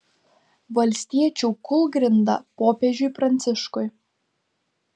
valstiečių kūlgrinda popiežiui pranciškui